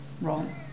wrong